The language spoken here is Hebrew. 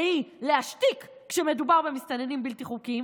שהיא להשתיק כשמדובר במסתננים בלתי חוקיים,